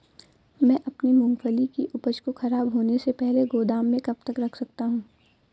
मैं अपनी मूँगफली की उपज को ख़राब होने से पहले गोदाम में कब तक रख सकता हूँ?